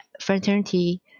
fraternity